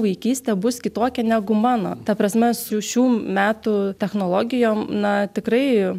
vaikystė bus kitokia negu mano ta prasme su šių metų technologijom na tikrai